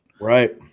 Right